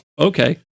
Okay